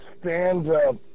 stand-up